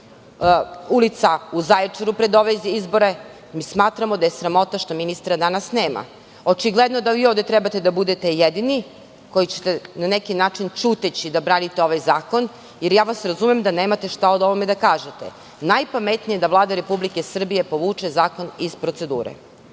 ulica u Zaječaru pred ove izbore. Smatramo da je sramota što ministra danas nema. Očigledno je da vi ovde treba da budete jedini koji ćete na neki način ćuteći da branite ovaj zakon jer ja vas razumem da nemate šta o ovome da kažete. Najpametnije je da Vlada Republike Srbije povuče zakon iz procedure.